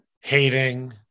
hating